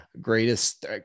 greatest